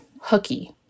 hooky